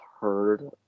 heard